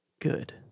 good